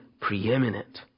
preeminent